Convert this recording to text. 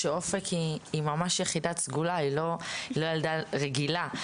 אופק היא ממש יחידת סגולה, היא לא ילדה רגילה.